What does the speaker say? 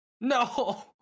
No